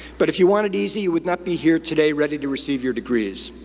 but if you wanted easy, you would not be here today ready to receive your degrees.